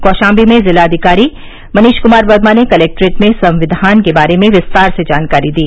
कौशाम्बी में जिलाधिकारी मनीष कुमार वर्मा ने कलेक्ट्रेट में संविदान के बारे में विस्तार से जानकारी दी